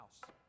house